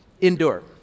Endure